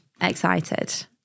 excited